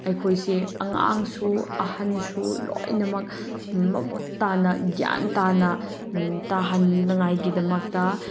ꯑꯩꯈꯣꯏꯁꯦ ꯑꯉꯥꯡꯁꯨ ꯑꯍꯟꯁꯨ ꯂꯣꯏꯅꯃꯛ ꯃꯃꯨꯠ ꯇꯥꯕ ꯒ꯭ꯌꯥꯟ ꯇꯥꯅ ꯇꯥꯍꯟꯅꯉꯥꯏꯒꯤꯗꯃꯛꯇ